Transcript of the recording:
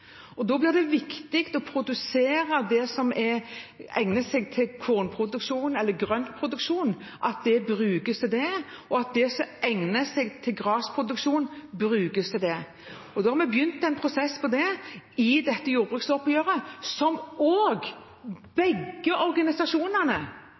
Da blir det viktig at det som egner seg til kornproduksjon eller grøntproduksjon, brukes til det, og at det som egner seg til grasproduksjon, brukes til det. Vi har begynt en prosess på det i dette jordbruksoppgjøret, noe også begge organisasjonene, Norges Bondelag og